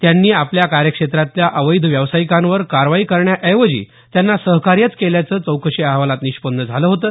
त्यांनी आपल्या कार्यक्षेत्रातल्या अवैध व्यावसायिकांवर कारवाई करण्याऐवजी त्यांना सहकार्यच केल्याचं चौकशी अहवालात निष्पन्न झालं होतं